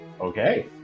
Okay